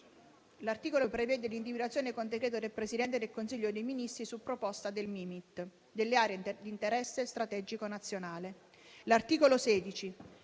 L'articolo 15 prevede l'individuazione, con decreto del Presidente del Consiglio dei ministri, su proposta del Mimit, delle aree di interesse strategico nazionale.